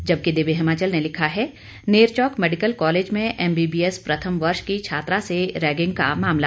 जबकि दिव्य हिमाचल ने लिखा है नेरचौक मेडिकल कालेज में एमबीबीएस प्रथम वर्ष की छात्रा से रैगिंग का मामला